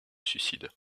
suicide